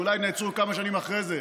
אולי הם נעצרו כמה שנים אחרי זה.